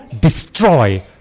destroy